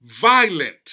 violent